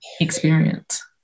experience